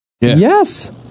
yes